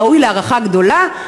ראוי להערכה גדולה,